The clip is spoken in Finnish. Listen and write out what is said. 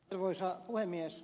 arvoisa puhemies